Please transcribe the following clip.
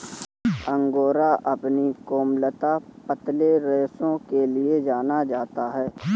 angora अपनी कोमलता, पतले रेशों के लिए जाना जाता है